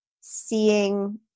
seeing